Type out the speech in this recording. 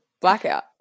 blackout